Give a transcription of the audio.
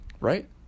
Right